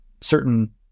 certain